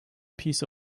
piece